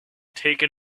taken